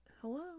hello